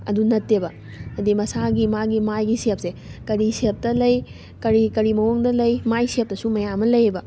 ꯑꯗꯨ ꯅꯠꯇꯦꯕ ꯍꯥꯏꯗꯤ ꯃꯁꯥꯒꯤ ꯃꯥꯒꯤ ꯃꯥꯏꯒꯤ ꯁꯦꯞꯁꯦ ꯀꯔꯤ ꯁꯦꯞꯇ ꯂꯩ ꯀꯔꯤ ꯀꯔꯤ ꯃꯑꯣꯡꯗ ꯂꯩ ꯃꯥꯏ ꯁꯦꯞꯇꯁꯨ ꯃꯌꯥꯝ ꯑꯃ ꯂꯩꯑꯕ